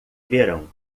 verão